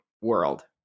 world